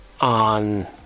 on